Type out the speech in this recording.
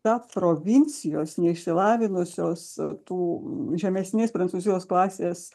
ta provincijos neišsilavinusios tų žemesnės prancūzijos klasės